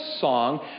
song